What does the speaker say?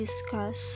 discuss